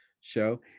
show